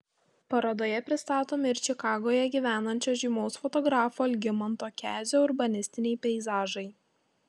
parodoje pristatomi ir čikagoje gyvenančio žymaus fotografo algimanto kezio urbanistiniai peizažai